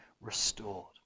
restored